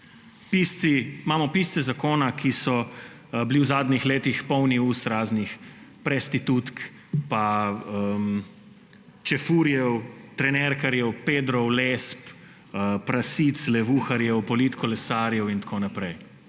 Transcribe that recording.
smešne. Imamo pisce zakona, ki so bili v zadnjih letih polni ust raznih prestitutk, čefurjev, trenerkarjev, pedrov, lesb, prasic, levuharjev, politkolesarjev in tako naprej.